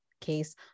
case